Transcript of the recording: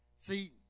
See